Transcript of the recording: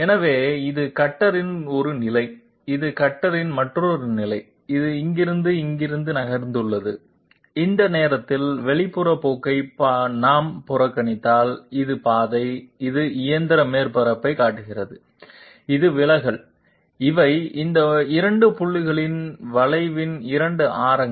எனவே இது கட்டரின் ஒரு நிலை இது கட்டரின் மற்றொரு நிலை இது இங்கிருந்து இங்கிருந்து நகர்ந்துள்ளது இந்த நேரத்தில் வெளிப்புற போக்கைப் நாம் புறக்கணித்தால் இது பாதை இது இயந்திர மேற்பரப்பைக் காட்டுகிறது இது விலகல் இவை இந்த 2 புள்ளிகளில் வளைவின் 2 ஆரங்கள்